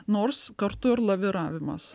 nors kartu ir laviravimas